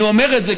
אני אומר את זה,